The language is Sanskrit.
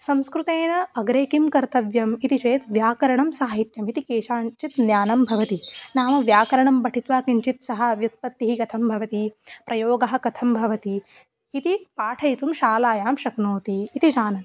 संस्कृतेन अग्रे किं कर्तव्यम् इति चेत् व्याकरणं साहित्यमिति केषाञ्चित् ज्ञानं भवति नाम व्याकरणं पठित्वा किञ्चित् सः व्युत्पत्तिः कथं भवति प्रयोगः कथं भवति इति पाठयितुं शालायां शक्नोति इति जानन्ति